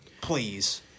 Please